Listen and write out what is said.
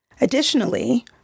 Additionally